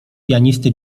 pianisty